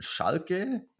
Schalke